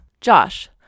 Josh